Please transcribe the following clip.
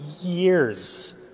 years